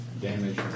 damage